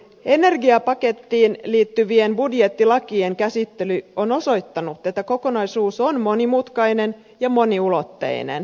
energiapakettiin liittyvien budjettilakien käsittely on osoittanut että kokonaisuus on monimutkainen ja moniulotteinen